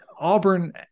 auburn